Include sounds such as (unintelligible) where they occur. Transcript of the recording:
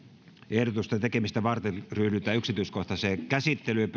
ehdotusten tekemistä varten ryhdytään yksityiskohtaiseen käsittelyyn (unintelligible)